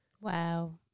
Wow